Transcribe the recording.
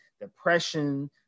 depression